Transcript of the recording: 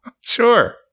Sure